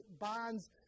bonds